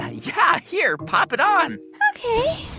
yeah. here. pop it on ok